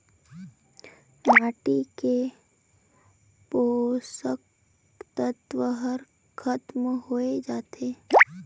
माटी के पोसक तत्व हर खतम होए जाथे